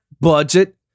budget